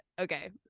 okay